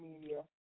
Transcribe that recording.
media